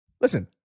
Listen